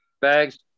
Bags